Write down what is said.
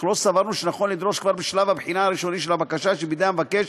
אך לא סברנו שנכון לדרוש כבר בשלב הבחינה הראשוני של הבקשה שבידי המבקש